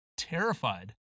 terrified